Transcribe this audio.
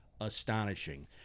astonishing